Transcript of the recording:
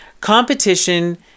Competition